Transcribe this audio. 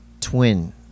Twin